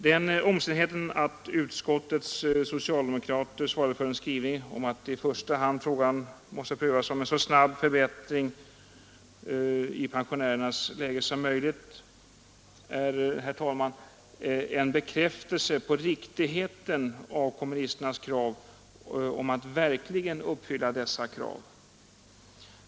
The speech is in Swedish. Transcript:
Den omständigheten att i första hand utskottets socialdemokrater i utskottets betänkande nr 2 i år svarade för skrivningen att det är angeläget med en så snabb förbättring som möjligt för dagens pensionärer är en bekräftelse på riktigheten av kommunisternas krav i detta avseende.